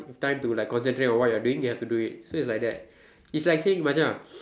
time to like concentrate on what you are doing you have to do it so it's like that it's like saying Macha